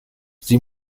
sie